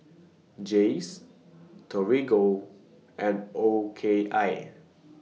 Jays Torigo and O K I